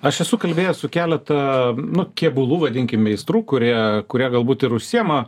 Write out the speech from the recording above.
aš esu kalbėjęs su keletą nu kėbulų vadinkim meistrų kurie kurie galbūt ir užsiėma